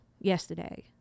yesterday